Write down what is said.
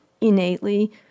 innately